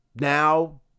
now